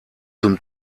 zum